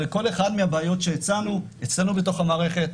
אבל ניסינו לתת פתרונות וכיוונים אצלנו בתוך המערכת.